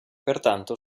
pertanto